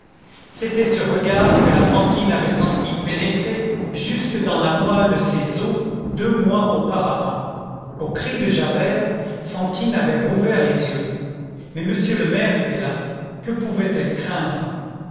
c'était ce regard que la fantine avait senti pénétrer jusque dans la moelle de ses os deux mois auparavant au cri de javert fantine avait rouvert les yeux mais m le maire était là que pouvait-elle craindre